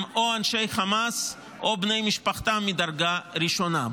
הם או אנשי חמאס או בני משפחתם מדרגה ראשונה.